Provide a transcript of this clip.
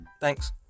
Thanks